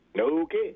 Okay